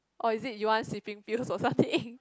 or is it you want sleeping pills or something